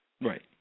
Right